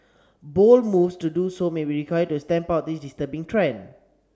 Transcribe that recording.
bold moves to do so may be required to stamp out this disturbing trend